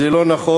זה לא נכון,